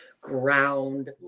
Ground